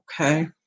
Okay